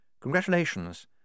Congratulations